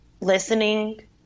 listening